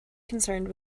concerned